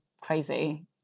crazy